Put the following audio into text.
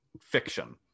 fiction